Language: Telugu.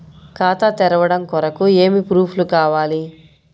ఖాతా తెరవడం కొరకు ఏమి ప్రూఫ్లు కావాలి?